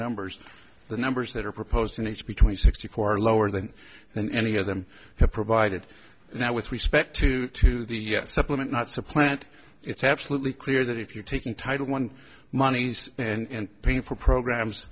numbers the numbers that are proposed in each between sixty four are lower than than any of them have provided now with respect to to the supplement not supplant it's absolutely clear that if you're taking title one money and paying for programs